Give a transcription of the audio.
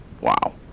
Wow